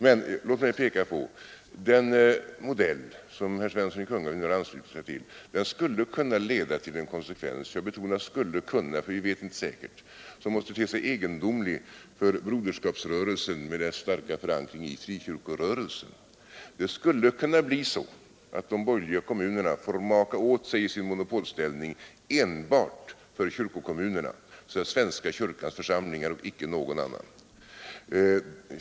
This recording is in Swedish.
Men låt mig peka på den modell som herr Svensson i Kungälv nu har anslutit sig till. Den skulle kunna leda till en konsekvens — jag betonar skulle kunna, vi vet inte säkert — som måste te sig egendomlig för Broderskapsrörelsen med dess starka förankring i frikyrkorörelsen. Det skulle kunna bli så att de borgerliga kommunerna får maka åt sig i sin monopolställning enbart för kyrkokommunerna, dvs. svenska kyrkans församlingar och icke några andra.